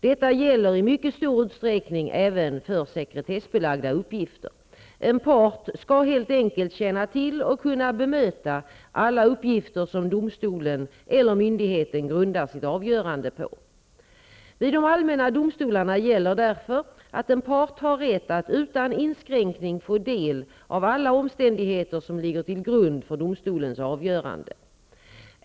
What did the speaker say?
Detta gäller i mycket stor utsträckning även för sekretessbelagda uppgifter; en part skall helt enkelt känna till och kunna bemöta alla uppgifter som domstolen eller myndigheten grundar sitt avgörande på. Vid de allmänna domstolarna gäller därför att en part har rätt att utan inskränkning få del av alla omständigheter som ligger till grund för domstolens avgörande.